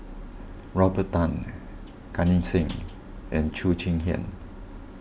Robert Tan Gan Eng Seng and Cheo Chai Hiang